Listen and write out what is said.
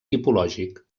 tipològic